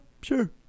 sure